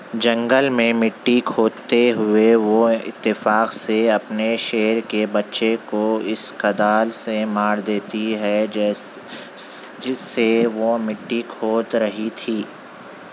جنگل میں مٹی کھودتے ہوئے وہ اتفاق سے اپنے شیر کے بچے کو اس کدال سے مار دیتی ہے جیسے جس سے وہ مٹی کھود رہی تھی